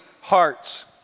Hearts